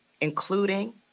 including